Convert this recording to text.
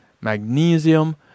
Magnesium